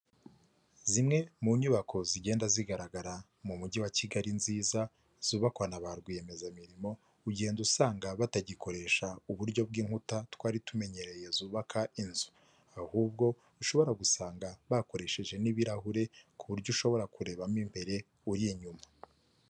Zimwe mu nyubako zigenda zigaragara mu mujyi wa Kigali nziza, zubakwa na ba rwiyemezamirimo, ugenda usanga batagikoresha uburyo bw'inkuta twari tumenyereye zubaka inzu. Ahubwo ushobora gusanga bakoresheje n'ibirahure kuburyo ushobora kurebamo imbere uri inyuma.